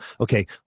okay